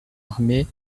armée